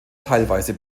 teilweise